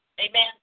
Amen